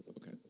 Okay